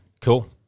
Cool